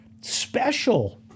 special